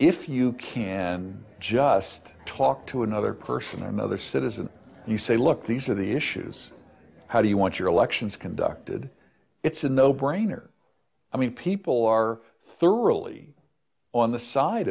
if you can just talk to another person or another citizen you say look these are the issues how do you want your elections conducted it's a no brainer i mean people are still really on the side